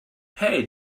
hey